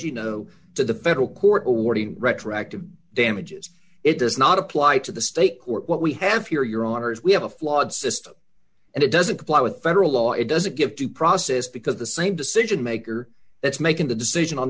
you know to the federal court awarding retroactive damages it does not apply to the state court what we have here your honor is we have a flawed system and it doesn't comply with federal law it doesn't give due process because the same decision maker that's making the decision on